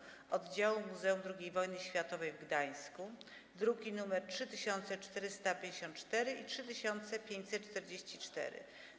- Oddziału Muzeum II Wojny Światowej w Gdańsku (druki nr 3454 i 3544)